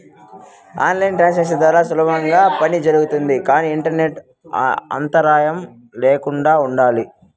on line transactions ద్వారా సులభంగానే పని జరుగుతుంది కానీ ఇంటర్నెట్ అంతరాయం ల్యాకుండా ఉండాలి